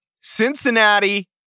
Cincinnati